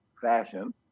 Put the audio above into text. fashion